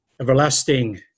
Everlasting